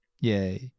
yay